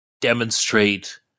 demonstrate